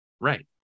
Right